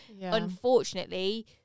unfortunately